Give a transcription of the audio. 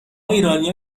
ایرانیا